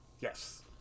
yes